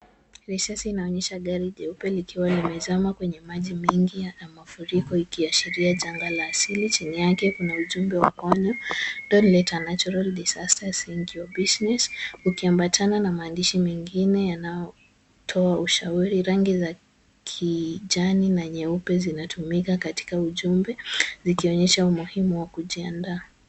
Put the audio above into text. Risasi inaonyesha gari jeupe likiwa limezama kwenye maji mengi ya mafuriko ikiashiria janga la asili, chini yake kuna ujumbe wa onyo don't let a natural disaster sink your business ikiambatana na maandishi mengine inatoa ushauri. Rangi ya kijani na nyeupe zinatumika katika ujumbe zikionyesha umuhimu wa kutenda.